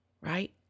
right